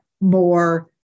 more